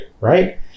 Right